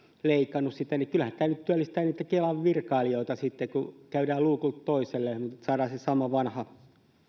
leikannut sitä niin kyllähän tämä nyt työllistää niitä kelan virkailijoita kun käydään luukulta toiselle että saadaan se sama vanha